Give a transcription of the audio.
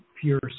pure